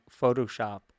photoshop